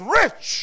rich